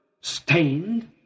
stained